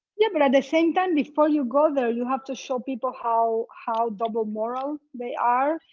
yeah, but at the same time before you go there you have to show people how how double moral they are.